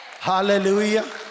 hallelujah